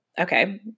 okay